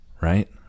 right